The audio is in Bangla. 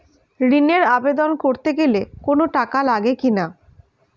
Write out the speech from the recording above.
ঋণের আবেদন করতে গেলে কোন টাকা লাগে কিনা?